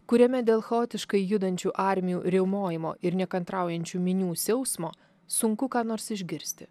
kuriame dėl chaotiškai judančių armijų riaumojimo ir nekantraujančių minių siausmo sunku ką nors išgirsti